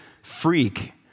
freak